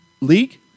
league